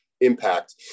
impact